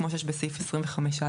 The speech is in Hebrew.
כמו שיש בסעיף 25(א).